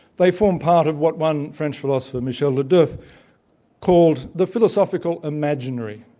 they form part of what one french philosopher, michele le doeuff called the philosophical imaginary,